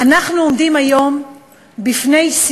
דבר וחצי דבר.